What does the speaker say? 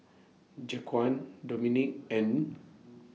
Jaquan Dominque and